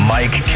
Mike